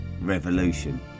revolution